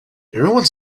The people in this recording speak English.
everyone